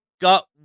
got